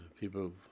people